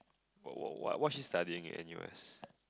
what what what what she's studying in N_U_S